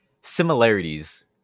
similarities